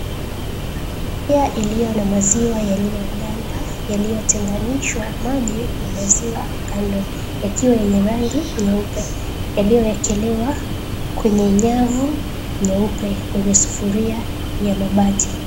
Sufuria iliyo na maziwa yaliyoganda yaliyotenganishwa maji na maziwa kando. Yakiwa yenye rangi nyeupe yaliyoekelewa kwenye nyavu nyeupe kwenye sufuria ya mabati.